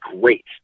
great